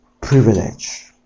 privilege